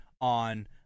on